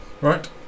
Right